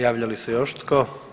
Javlja li se još tko?